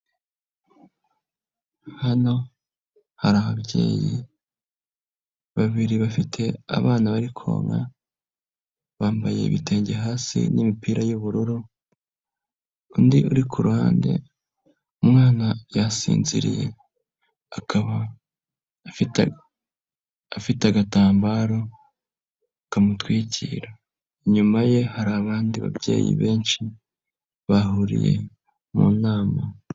Hano hari ababyeyi babiri bafite abana bari konka bambaye ibitenge hasi n'imipira y'ubururu, undi uri ku ruhande umwana yasinziriye akaba afite agatambaro kamutwikira, inyuma ye hari abandi babyeyi benshi bahuriye mu nama.